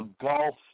golf